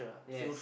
yes